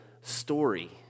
story